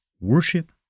worship